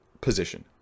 position